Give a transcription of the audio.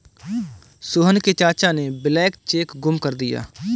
सोहन के चाचा ने ब्लैंक चेक गुम कर दिया